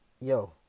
Yo